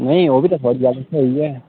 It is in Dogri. नेईं ओह् बी ते थुहाढ़ी गल्ल स्हेई ऐ